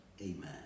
Amen